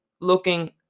looking